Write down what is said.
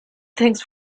things